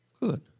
Good